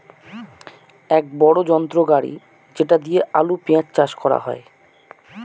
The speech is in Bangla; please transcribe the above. এক বড়ো যন্ত্র গাড়ি যেটা দিয়ে আলু, পেঁয়াজ চাষ করা হয়